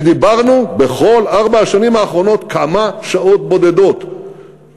ודיברנו בכל ארבע השנים האחרונות כמה שעות בודדות,